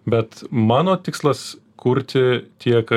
bet mano tikslas kurti tiek